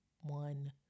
one